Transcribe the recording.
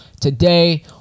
today